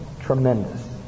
Tremendous